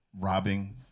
robbing